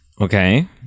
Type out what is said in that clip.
Okay